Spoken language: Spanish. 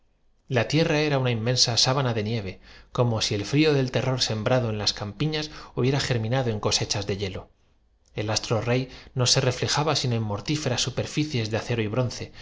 de tierra era una inmensa sábana de nieve como si el partida frío del terror sembrado en las campiñas hubiera ger y asestando los anteojos al disco meridional cuyas minado en cosechas de hielo el astro rey no se refle puertas se abrieron de una descarga ambos profeso jaba sino en mortíferas superficies de acero y bronce